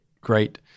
great